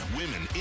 women